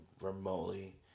remotely